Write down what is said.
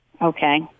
Okay